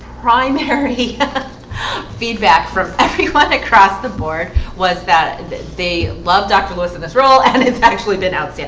primary feedback from everyone across the board was that that they love dr lewis in this role and it's actually been out since